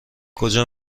کجا